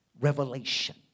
revelation